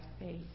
faith